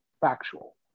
factual